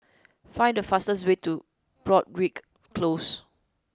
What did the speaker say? find the fastest way to Broadrick Close